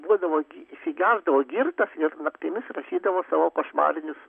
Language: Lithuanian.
būdavo įsigerdavo girtas ir naktimis rašydavo savo košmarinius